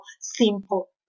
simple